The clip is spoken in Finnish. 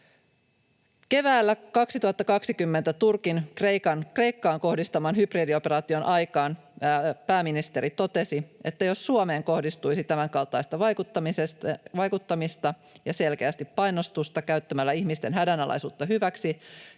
Keväällä 2020, Turkin Kreikkaan kohdistaman hybridioperaation aikaan pääministeri totesi, että jos Suomeen kohdistuisi tämänkaltaista vaikuttamista ja selkeästi painostusta käyttämällä ihmisten hädänalaisuutta hyväksi